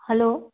hello